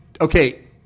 okay